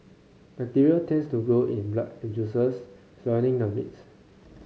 bacteria tends to grow in the blood and juices surrounding the meat